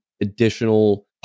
additional